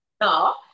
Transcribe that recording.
No